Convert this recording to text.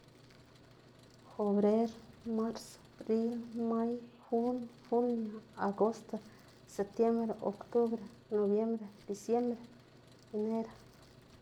Fobrer, mars, bril, may, jun, julio, agosto, septiembre, oktubre, nobiembre, disiembre, enero.